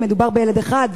אם מדובר בילד אחד,